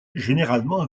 généralement